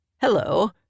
Hello